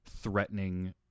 threatening